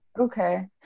okay